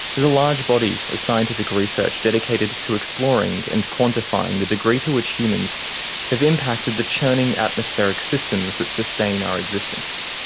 there's a large body of scientific research dedicated to exploring and quantifying the degree to which humans have impacted the churning atmospheric systems that sustain our existence.